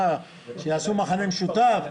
שיעשו מכנה משותף?